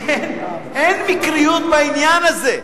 אין מקריות בעניין הזה,